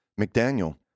McDaniel